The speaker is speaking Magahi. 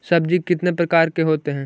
सब्जी कितने प्रकार के होते है?